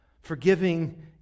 Forgiving